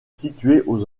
située